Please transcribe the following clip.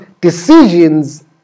decisions